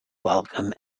welcome